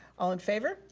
all in favor?